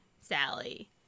Sally